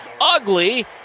ugly